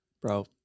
Bro